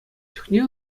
чухне